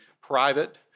private